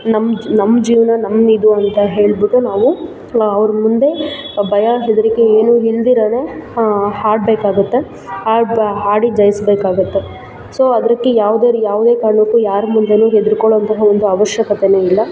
ನಮ್ಮ ನಮ್ಮ ಜೀವನ ನಮ್ಮ ಇದು ಅಂತ ಹೇಳಿಬಿಟ್ಟು ನಾವು ಅವ್ರ ಮುಂದೆ ಭಯ ಹೆದರಿಕೆ ಏನೂ ಇಲ್ದಿರ ಹಾಡಬೇಕಾಗುತ್ತೆ ಆದು ಹಾಡಿ ಜಯಿಸಬೇಕಾಗತ್ತೆ ಸೊ ಅದಕ್ಕೆ ಯಾವುದೇ ರೀ ಯಾವುದೇ ಕಾರಣಕ್ಕೂ ಯಾರು ಮುಂದೇನೂ ಹೆದ್ರುಕೊಳ್ಳೋವಂತಹ ಒಂದು ಅವಶ್ಯಕತೆ ಇಲ್ಲ